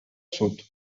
sud